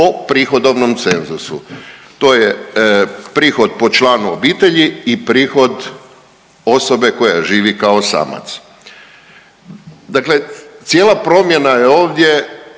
po prihodovom cenzusu. To je prihod po članu obitelji i prihod osobe koja živi kao samac. Dakle, cijela promjena je ovdje